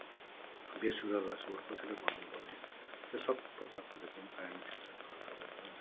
बेसुरोलाई सुर कसरी बनाउनु पर्ने त्यो सबै तपाईँलाई जुन गायन क्षेत्रमा तपाईँको जुन चाहिँ